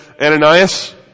Ananias